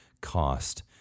cost